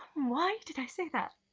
why did i say that?